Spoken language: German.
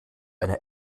einer